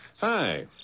Hi